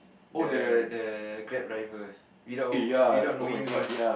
the the Grab driver without without knowing you